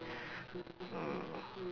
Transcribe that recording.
mm